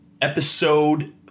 Episode